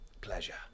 Pleasure